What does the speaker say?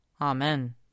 Amen